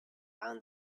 found